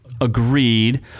Agreed